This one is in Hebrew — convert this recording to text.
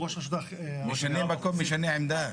משנה מקום משנה עמדה.